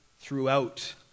throughout